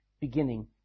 beginning